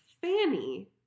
Fanny